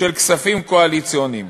של כספים קואליציוניים.